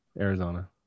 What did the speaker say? Arizona